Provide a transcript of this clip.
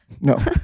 No